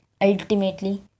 ultimately